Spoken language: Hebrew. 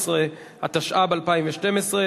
התשע"ב 2011,